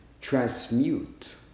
transmute